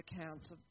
accounts